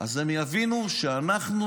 הם יבינו שאנחנו